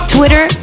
Twitter